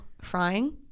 Frying